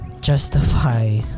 justify